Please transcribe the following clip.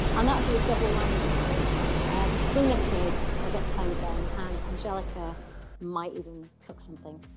and that would be a double whammy because they could bring their kids, i would get to play with them, and angellica might even cook something.